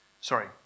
Sorry